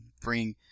bring